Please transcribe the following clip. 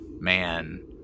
man